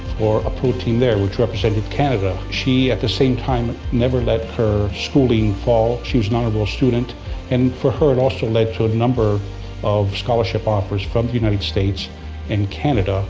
for a pro team there which represented canada. she at the same time never let her schooling fall, she was an honor roll student and for her it also lead to a number of scholarship offers from the united states and canada